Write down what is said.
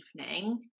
evening